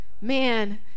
man